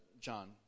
John